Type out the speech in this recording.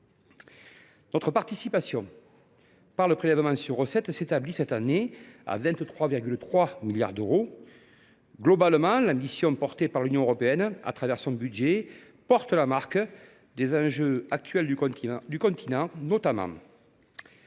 Notre participation par le prélèvement sur recettes s’établit cette année à 23,3 milliards d’euros. Globalement, l’ambition exprimée par l’Union européenne au travers de son budget porte la marque des enjeux actuels du continent.